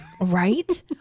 right